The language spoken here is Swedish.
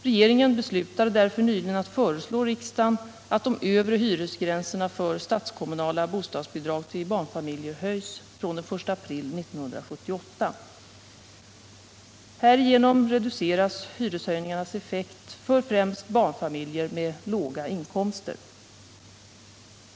Regeringen beslutade därför nyligen att föreslå riksdagen att de övre hyresgränserna för statskommunala bostadsbidrag till barnfamiljer höjs från den 1 april 1978. Härigenom reduceras hyreshöjningarnas effekt för främst barnfamiljer med låga inkomster.